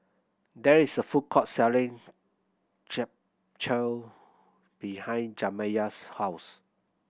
there is a food court selling Japchae behind Jamiya's house